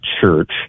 church